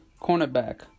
cornerback